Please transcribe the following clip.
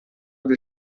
del